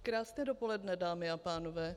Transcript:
Krásné dopoledne, dámy a pánové.